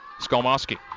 Skolmoski